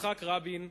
יצחק רבין,